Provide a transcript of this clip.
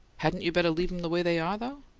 hadn't you better leave em the way they are, though?